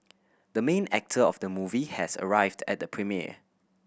the main actor of the movie has arrived at the premiere